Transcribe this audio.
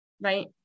right